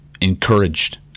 encouraged